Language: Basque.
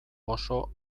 oso